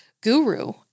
guru